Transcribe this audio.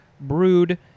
brood